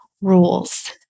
rules